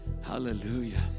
Hallelujah